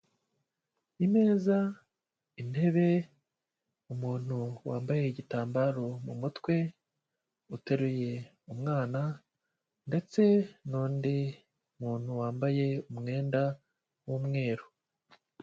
Imeza, intebe umuntu wambaye igitambaro mu mutwe, uteruye umwana ndetse n'undi muntu wambaye umwenda w'umweru.